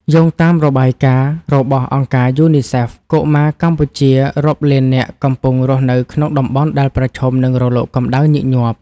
យោងតាមរបាយការណ៍របស់អង្គការយូនីសេហ្វ កុមារកម្ពុជារាប់លាននាក់កំពុងរស់នៅក្នុងតំបន់ដែលប្រឈមនឹងរលកកម្ដៅញឹកញាប់។